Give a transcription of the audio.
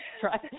try